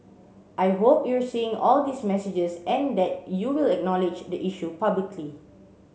I hope you're seeing all these messages and that you will acknowledge the issue publicly